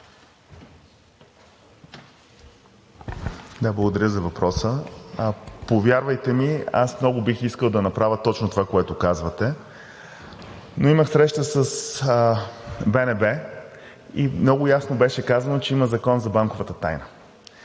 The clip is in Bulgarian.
благодаря за въпроса. Повярвайте ми, аз много бих искал да направя точно това, което казвате, но имах среща с БНБ и много ясно беше казано, че има Закон за банковата тайна.